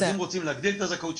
אז אם רוצים להגדיל את הזכאות,